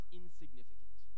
insignificant